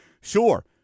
sure